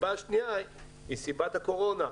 הסיבה השנייה היא סיבת הקורונה.